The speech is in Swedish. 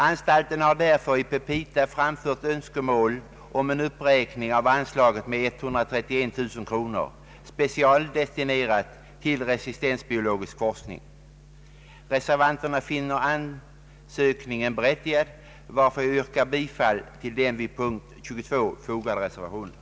Anstalten har därför i petita framfört önskemål om en uppräkning av anslaget med 131 000 kronor, specialdestinerat till resistensbiologisk forsk ning. Reservanterna finner anslagsäskandet berättigat, varför jag yrkar bifall till den vid punkten 22 fogade reservationen.